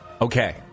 Okay